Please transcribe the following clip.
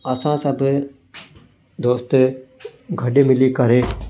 असां सभु दोस्त गॾु मिली करे